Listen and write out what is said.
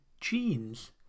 genes